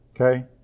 Okay